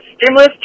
stimulus